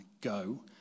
go